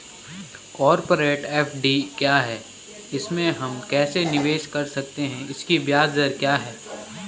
Corporate FD क्या है इसमें हम कैसे निवेश कर सकते हैं इसकी ब्याज दर क्या है?